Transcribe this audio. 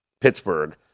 Pittsburgh